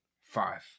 Five